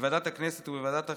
בוועדת הכנסת ובוועדת החינוך,